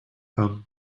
them